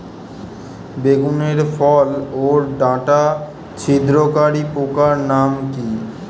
বেগুনের ফল ওর ডাটা ছিদ্রকারী পোকার নাম কি?